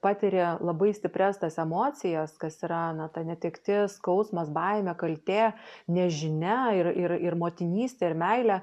patiri labai stiprias tas emocijas kas yra na ta netektis skausmas baimė kaltė nežinia ir ir ir motinystė ir meilė